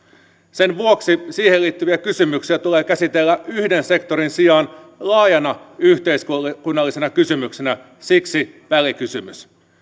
sen vuoksi siihen liittyviä kysymyksiä tulee käsitellä yhden sektorin sijaan laajana yhteiskunnallisena kysymyksenä siksi välikysymys